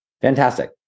Fantastic